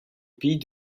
pays